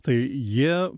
tai jie